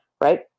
right